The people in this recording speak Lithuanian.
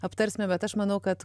aptarsime bet aš manau kad